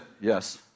yes